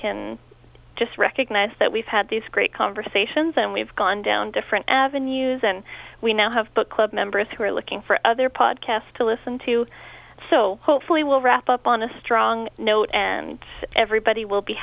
can just recognize that we've had these great conversations and we've gone down different avenues and we now have book club members who are looking for other podcasts to listen to so hopefully we'll wrap up on a strong note and everybody will be